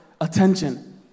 attention